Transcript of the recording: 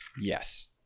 Yes